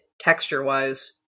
texture-wise